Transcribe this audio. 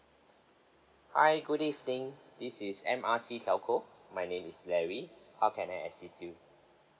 hi good evening this is M R C telco my name is larry how can I assist you